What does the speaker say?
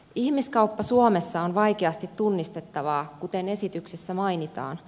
ihmiskauppa suomessa on vaikeasti tunnistettavaa kuten esityksessä mainitaan